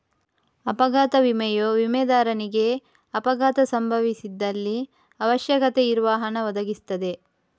ಅಪಘಾತ ವಿಮೆಯು ವಿಮೆದಾರನಿಗೆ ಅಪಘಾತ ಸಂಭವಿಸಿದಲ್ಲಿ ಅವಶ್ಯಕತೆ ಇರುವ ಹಣ ಒದಗಿಸ್ತದೆ